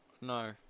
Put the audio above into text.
No